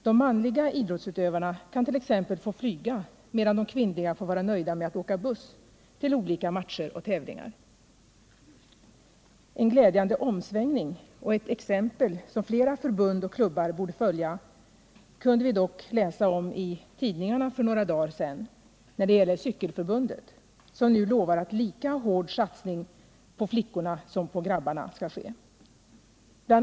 De manliga idrottsutövarna kan t.ex. få flyga, medan de kvinnliga får vara nöjda med att åka buss till olika matcher och tävlingar. En glädjande omsvängning och ett exempel, som flera förbund och klubbar borde följa, kunde vi dock läsa om i tidningarna för några dagar sedan när det gäller Cykelförbundet, som nu lovar en lika hård satsning på flickorna som på grabbarna. BI.